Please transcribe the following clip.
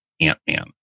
Ant-Man